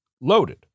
loaded